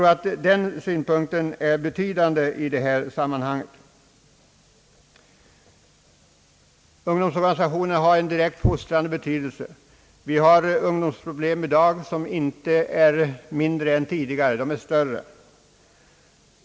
Ungdomsorganisationerna spelar en direkt fostrande roll. Ungdomsproblemen i dag är sannerligen inte mindre svåra än tidigare, utan snarare värre.